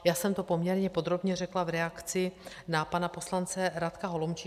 Já jsem to poměrně podrobně řekla v reakci na pana poslance Radka Holomčíka.